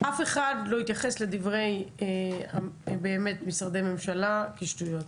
אף אחד לא יתייחס לדברי משרדי הממשלה כשטויות.